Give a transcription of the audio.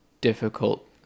difficult